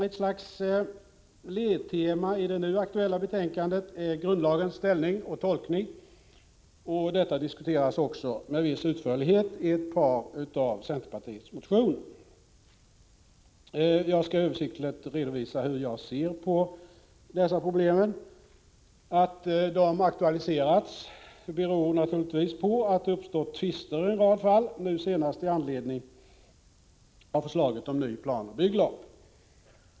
Ett slags ledtema i det nu aktuella betänkandet är grundlagens ställning och tolkning, och detta diskuteras också med viss utförlighet i ett par av centerpartiets motioner. Jag skall översiktligt redovisa hur jag ser på dessa problem. Att de aktualiserats beror naturligtvis på att det uppstått tvister i en rad fall, nu senast i anledning av förslaget om ny planoch bygglag.